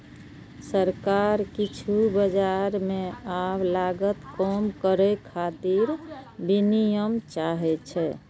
सरकार किछु बाजार मे आब लागत कम करै खातिर विनियम चाहै छै